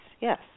yes